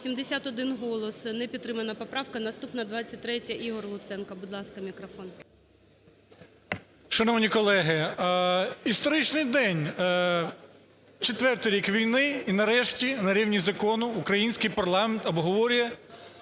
Шановні колеги, історичний день, четвертий рік війни і нарешті на рівні закону український парламент обговорює